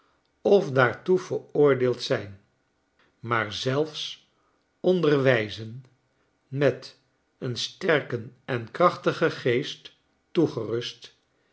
of daartoe veroordeeld zijn maar zelfs onder wijzen met een sterken en krachtigen geest toegerust